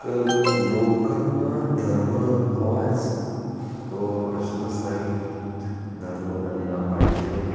क लोकांना धर्म हवा आहेच तो प्रश्नच नाही धर्म त्यांना पाहिजे